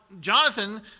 Jonathan